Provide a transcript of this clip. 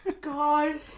God